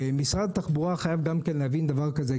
משרד התחבורה חייב להבין דבר כזה,